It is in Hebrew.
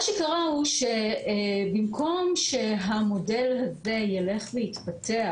מה שקרה הוא שבמקום שהמודל די ילך ויתפתח,